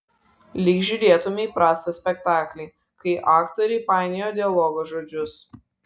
lyg žiūrėtumei prastą spektaklį kai aktoriai painioja dialogo žodžius